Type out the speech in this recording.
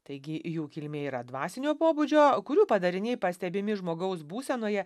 taigi jų kilmė yra dvasinio pobūdžio kurių padariniai pastebimi žmogaus būsenoje